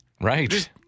Right